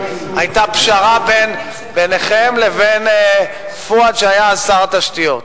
היתה פשרה ביניכם לבין פואד שהיה שר התשתיות.